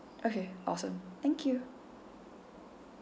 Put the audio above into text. okay awesome thank you